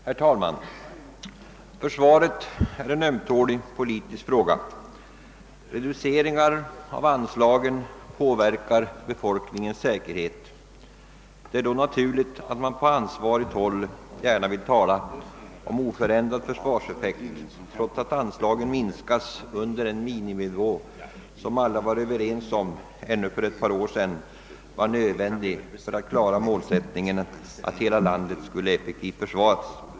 Herr talman! Försvaret är en ömtålig politisk fråga. Reduceringar av anslagen påverkar befolkningens säkerhet. Det är då naturligt att man på ansvarigt håll gärna vill tala om oförändrad försvarseffekt, trots att anslagen minskas under den miniminivå som ännu för ett par år sedan alla var överens om är nödvändig för att klara målsättningen att hela landet skall effektivt försvaras.